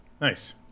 Nice